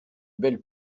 belle